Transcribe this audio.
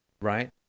right